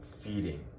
feeding